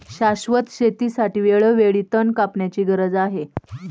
शाश्वत शेतीसाठी वेळोवेळी तण कापण्याची गरज आहे